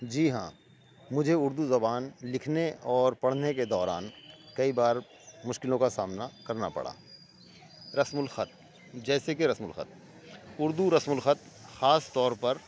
جی ہاں مجھے اردو زبان لکھنے اور پڑھنے کے دوران کئی بار مشکلوں کا سامنا کرنا پڑا رسم الخط جیسے کہ رسم الخط اردو رسم الخط خاص طور پر